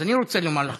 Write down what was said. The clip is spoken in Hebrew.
אז אני רוצה לומר לך